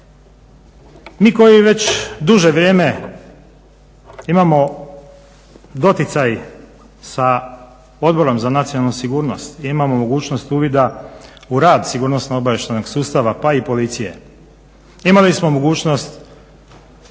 Mi koji već duže vrijeme imamo doticaj sa Odborom za nacionalnu sigurnost imamo mogućnost uvida u rad sigurnosno-obavještajnog sustava pa i Policije. Imali smo mogućnost